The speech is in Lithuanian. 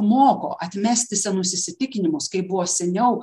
moko atmesti senus įsitikinimus kaip buvo seniau